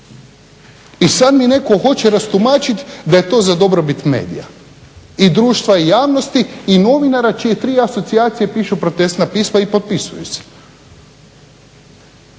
I sad mi netko hoće rastumačit da je to za dobrobit medija i društva i javnosti i novinara čije tri asocijacije pišu protestna pisma i potpisuju se.